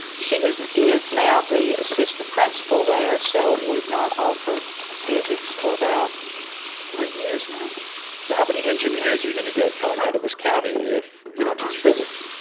she and is now the assistant principle there, so we've not offered physics for about three years now so how many engineers you going to get coming out of this county if you don't teach physics?